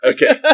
Okay